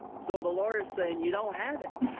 so the lawyer is saying you don't have it.